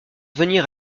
venir